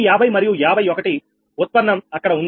ఈ 50 మరియు 51 ఉత్పన్నం అక్కడ ఉంది